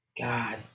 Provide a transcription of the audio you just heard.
God